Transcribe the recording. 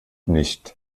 nicht